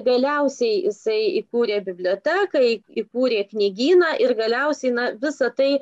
galiausiai jisai įkūrė biblioteką į įkūrė knygyną ir galiausiai na visa tai